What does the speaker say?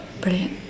Brilliant